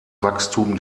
wachstum